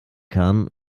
kann